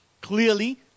Clearly